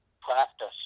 practice